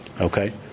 Okay